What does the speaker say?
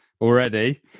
already